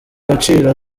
gaciro